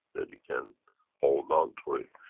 that you can hold on to it.